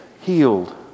healed